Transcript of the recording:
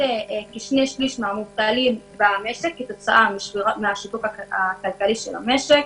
כשני-שלישים מהמובטלים במשק כתוצאה מהשיתוק הכלכלי של המשק.